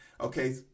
Okay